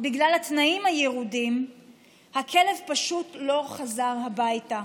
בגלל התנאים הירודים הכלב פשוט לא חזר הביתה,